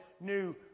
new